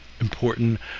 important